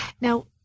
Now